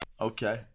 Okay